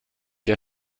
der